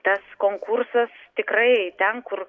tas konkursas tikrai ten kur